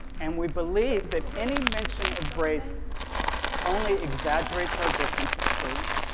and we believe that any mention of race only exaggerates our differences,